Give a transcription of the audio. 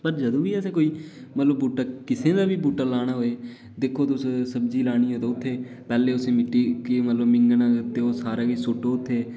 जदूं बी असें कोई किसे दा बी बू ह्टा लाना होऐ तां दिक्खो तुस सब्जी लानी होऐ उत्थै मतलब पैह्ले उस मि'ट्टी गी मिंङनां सारे गै सु' ट्टने होन्ने आं